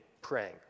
praying